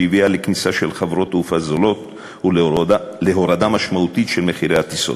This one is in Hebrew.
שהביאה לכניסה של חברות תעופה זולות ולהורדה משמעותית של מחירי הטיסות.